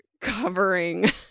covering